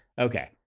Okay